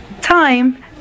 time